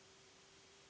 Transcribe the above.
Hvala